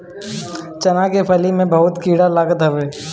चना के फली में बहुते कीड़ा लागत हवे